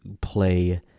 play